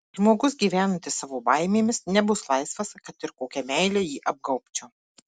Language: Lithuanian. žmogus gyvenantis savo baimėmis nebus laisvas kad ir kokia meile jį apgaubčiau